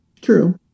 true